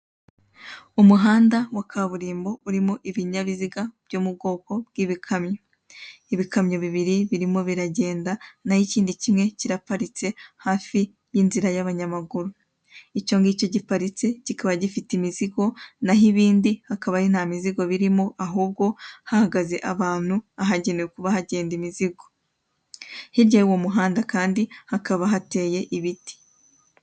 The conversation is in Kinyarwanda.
Icyumba kigari gitatse neza gifite ibikuta by'umweru, hicayemo abagore n'abagabo bisa nk'aho bari mu nama, imbere yabo hateretse amacupa y'icyo kunywa, imashini ndetse n'igikapu.